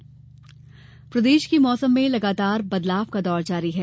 मौसम प्रदेश के मौसम में लगातार बदलाव का दौर जारी है